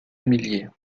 milliers